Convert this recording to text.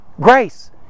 Grace